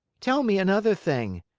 tell me another thing.